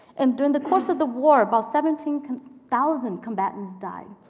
and during the course of the war, about seventeen thousand combatants died.